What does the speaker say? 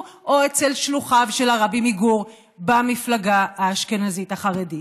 או אצל שלוחיו של הרבי מגור במפלגה האשכנזית החרדית.